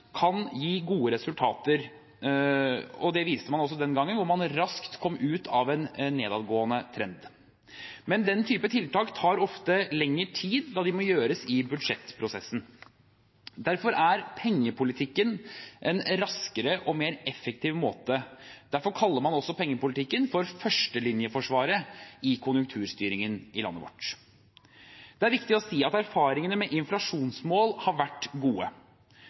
kan gi gode resultater. Det viste man også den gangen, hvor man raskt kom ut av en nedadgående trend. Men den typen tiltak tar ofte lengre tid, da de må gjøres i budsjettprosessen. Derfor er pengepolitikken en raskere og mer effektiv måte, og derfor kaller man også pengepolitikken for førstelinjeforsvaret i konjunkturstyringen i landet vårt. Det er viktig å si at erfaringene med inflasjonsmål har vært gode.